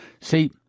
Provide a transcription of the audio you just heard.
See